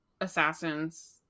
assassins